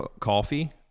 coffee